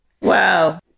Wow